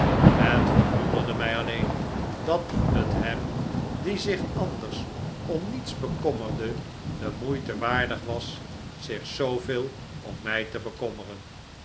het verwonderde mij alleen dat het hem die zich anders om niets bekommerde de moeite waardig was zich zooveel om mij te bekommeren